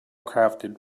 crafted